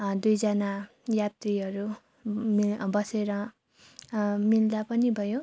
दुइजना यात्रीहरू बसेर मिल्दा पनि भयो